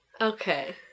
Okay